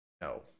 No